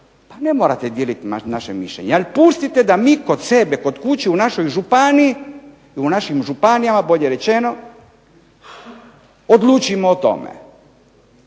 pa ne morate dijeliti naše mišljenje, ali pustite da mi kod sebe, kod kuće, u našoj županiji, u našim županijama bolje rečeno odlučimo o tome.